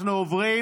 אנחנו עוברים